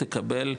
תקבל,